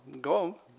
go